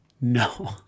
No